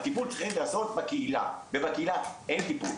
הטיפול צריך להיעשות בקהילה ובקהילה אין טיפול.